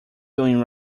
doing